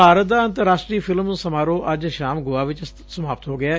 ਭਾਰਤ ਦਾ ਅੰਤਰਰਾਸ਼ਟਰੀ ਫਿਲਮ ਸਮਾਰੋਹ ਅੱਜ ਸ਼ਾਮ ਗੋਆ ਵਿਚ ਸਮਾਪਤ ਹੋ ਗਿਐ